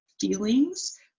feelings